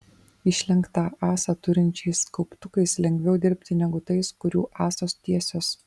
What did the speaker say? išlenktą ąsą turinčiais kauptukais lengviau dirbti negu tais kurių ąsos tiesios